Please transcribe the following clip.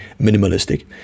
minimalistic